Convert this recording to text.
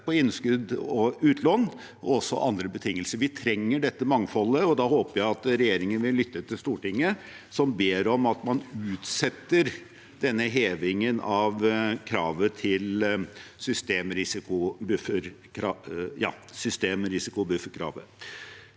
på innskudd og utlån og også andre betingelser. Vi trenger dette mangfoldet, og da håper jeg at regjeringen vil lytte til Stortinget, som ber om at man utsetter hevingen av systemrisikobufferkravet.